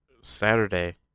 Saturday